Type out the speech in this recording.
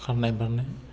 खारनाय बारनाय